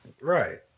Right